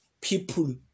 people